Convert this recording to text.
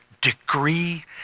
degree